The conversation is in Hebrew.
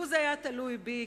לו זה היה תלוי בי,